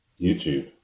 youtube